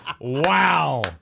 Wow